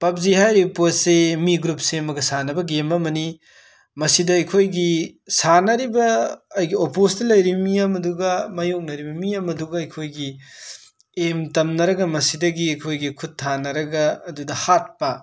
ꯄꯞꯖꯤ ꯍꯥꯏꯔꯤꯕ ꯄꯣꯠꯁꯤ ꯃꯤ ꯒ꯭ꯔꯨꯞ ꯁꯦꯝꯃꯒ ꯁꯥꯅꯕ ꯒꯦꯝ ꯑꯃꯅꯤ ꯃꯁꯤꯗ ꯑꯩꯈꯣꯏꯒꯤ ꯁꯥꯟꯅꯔꯤꯕ ꯑꯩꯒꯤ ꯑꯣꯄꯣꯁꯇ ꯂꯩꯔꯤꯕ ꯃꯤ ꯑꯃꯗꯨꯒ ꯃꯌꯣꯛꯅꯔꯤꯕ ꯃꯤꯌꯥꯝ ꯑꯗꯨꯒ ꯑꯩꯈꯣꯏꯒꯤ ꯑꯦꯝ ꯇꯝꯅꯔꯒ ꯃꯁꯤꯗꯒꯤ ꯑꯩꯈꯣꯏꯒꯤ ꯈꯨꯠꯊꯥꯅꯔꯒ ꯑꯗꯨꯗ ꯍꯥꯠꯄ